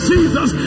Jesus